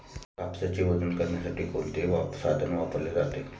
कापसाचे वजन करण्यासाठी कोणते साधन वापरले जाते?